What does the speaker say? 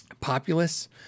Populous